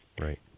Right